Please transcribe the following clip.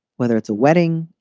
whether it's a wedding,